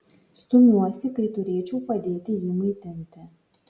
stumiuosi kai turėčiau padėti jį maitinti